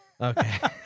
Okay